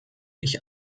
ich